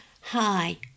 Hi